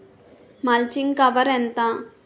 Mulching cover ఎంత?